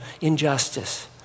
injustice